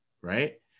right